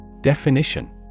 Definition